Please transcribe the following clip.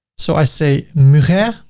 so i say mujer, yeah